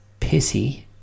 Pissy